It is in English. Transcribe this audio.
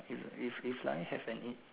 if if if life have an in